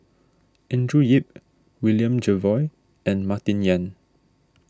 Andrew Yip William Jervois and Martin Yan